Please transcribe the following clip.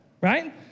right